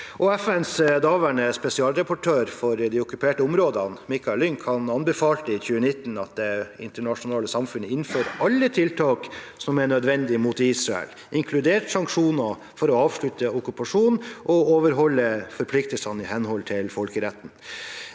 FNs daværende spesialrapportør for de okkuperte områdene, Michael Lynk, anbefalte i 2019 at det internasjonale samfunn innfører alle tiltak som er nødvendige mot Israel, inkludert sanksjoner, for å avslutte okkupasjonen og overholde forpliktelsene i henhold til folkeretten.